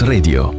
Radio